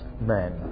men